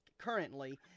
Currently